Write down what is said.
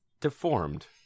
deformed